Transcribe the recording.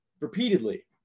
repeatedly